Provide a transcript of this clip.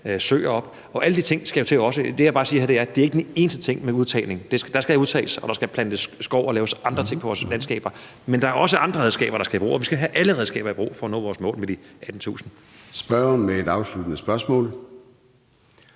søer op. Og alle de ting skal jo også til. Det, jeg bare siger her, er, at udtagning af vådområder ikke er den eneste ting; der skal udtages, og der skal plantes skov og laves andre ting i vores landskaber. Men der er også andre redskaber, der skal i brug, og vi skal have alle redskaber i brug for at nå vores mål på de 18.000 t kvælstof. Kl.